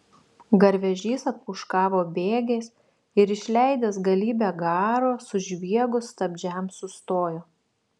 garvežys atpūškavo bėgiais ir išleidęs galybę garo sužviegus stabdžiams sustojo